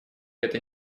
это